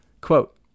Quote